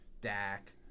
Dak